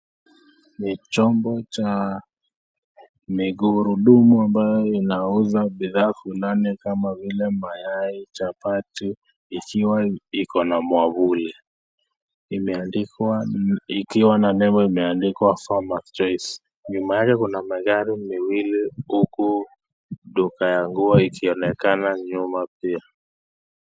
Ni chombo cha magurudumu ambayo inauza bidhaa fulani kama vile mayai, chapati, ikiwa iko na mwavuli, ikiwa na nembo imeandikwa Farmers Choice ,nyuma yake kuna magari miwili huku duka ya nguo ikionekana nyuma pia.